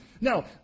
Now